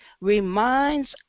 reminds